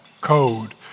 code